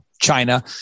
China